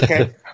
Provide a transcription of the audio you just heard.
Okay